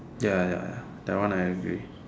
ya ya ya that one I agree